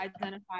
identify